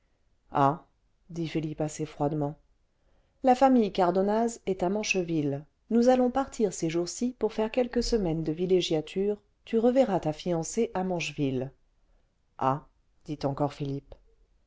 ah dit philippe assez froidement la famille cardonnaz est à mancheville nous allons partir ces jours-ci pour faire quelques semaines de villégiature tu reverras ta fiancée à mancheville ah dit encore philippe